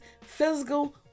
physical